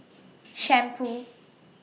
Shampoo